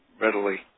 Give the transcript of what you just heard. readily